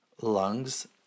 lungs